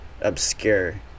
obscure